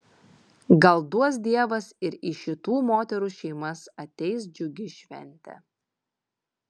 gal duos dievas ir į šitų moterų šeimas ateis džiugi šventė